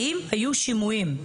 האם היו שימועים?